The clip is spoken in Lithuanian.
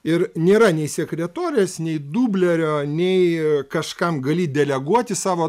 ir nėra nei sekretorės nei dublerio nei kažkam gali deleguoti savo